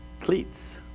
Cleats